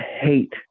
hate